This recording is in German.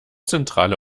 zentrale